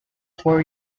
four